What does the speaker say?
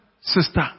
sister